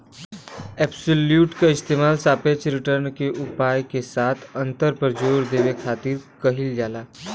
absolute क इस्तेमाल सापेक्ष रिटर्न के उपाय के साथ अंतर पर जोर देवे खातिर किहल जाला